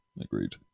Agreed